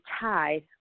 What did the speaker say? tied